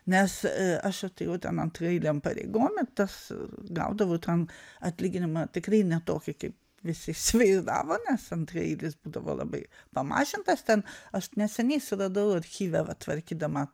nes aš atėjau ten antraeilėm pareigom ir tas gaudavau ten atlyginimą tikrai ne tokį kaip visi įsivaizdavo nes antraeilis būdavo labai pamažintas ten aš neseniai suradau archyve va tvarkydama